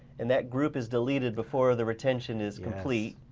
and that group is deleted before the retention is complete,